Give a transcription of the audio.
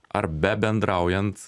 ar bebendraujant